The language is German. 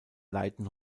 leiten